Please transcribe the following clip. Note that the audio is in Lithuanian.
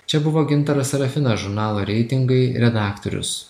čia buvo gintaras serafinas žurnalo reitingai redaktorius